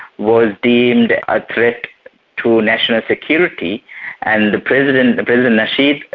was deemed a threat to national security and the president, and president nasheed,